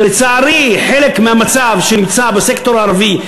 שלצערי חלק מהמצב שנמצא בסקטור הערבי,